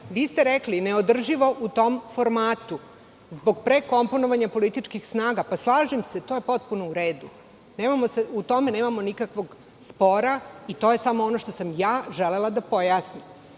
Vi ste rekli, neodrživo u tom formatu, zbog prekomponovanja političkih snaga, slažem se, to je potpuno u redu, tu nema nikakvog spora i to je samo ono što sa ja želela da pojasnim.